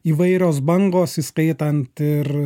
įvairios bangos įskaitant ir